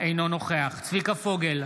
אינו נוכח צביקה פוגל,